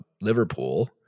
Liverpool